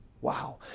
Wow